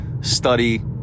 study